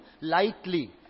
lightly